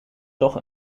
toch